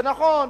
זה נכון,